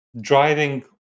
driving